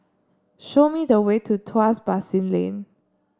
show me the way to Tuas Basin Lane